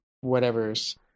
whatever's